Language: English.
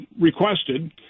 requested